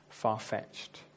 far-fetched